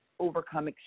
overcome